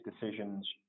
decisions